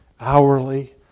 hourly